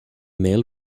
male